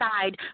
side